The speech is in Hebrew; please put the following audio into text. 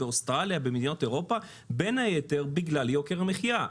באוסטרליה ובמדינות אירופה בין היתר בגלל יוקר המחיה.